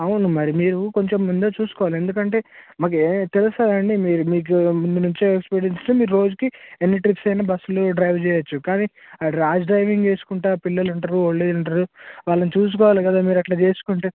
అవును మరి మీరు కొంచెం ముందే చూసుకోవాలి ఎందుకంటే మాకి ఏ తెలుస్తుందండి మీరు మీకు ముందు నుంచే ఎక్స్పీరియన్స్ మీరు రోజుకి ఎన్ని ట్రిప్స్ అయినా బస్లు డ్రైవ్ చేయొచ్చు కానీ ర్యాష్ డ్రైవింగ్ చేసుకుంటా పిల్లలు ఉంటరు ఓల్డేజ్ ఉంటారు వాళ్ళని చూసుకోవాలి కదా మీరట్లా చేసుకుంటే